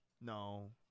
no